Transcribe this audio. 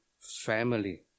family